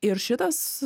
ir šitas